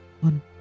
one